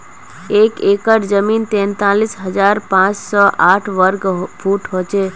एक एकड़ जमीन तैंतालीस हजार पांच सौ साठ वर्ग फुट हो छे